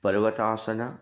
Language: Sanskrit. पर्वतासनम्